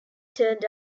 turned